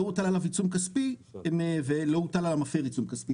הוטל עליו עיצום כספי ולא הוטל על המפר עיצום כספי".